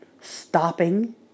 stopping